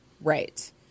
Right